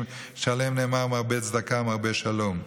שעליהם נאמר "מרבה צדקה מרבה שלום".